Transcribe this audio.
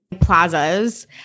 plazas